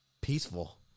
peaceful